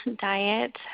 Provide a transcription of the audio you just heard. diet